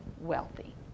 wealthy